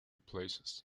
places